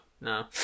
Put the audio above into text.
No